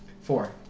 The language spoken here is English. Four